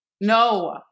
No